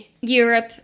Europe